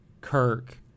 Kirk